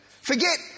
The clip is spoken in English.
forget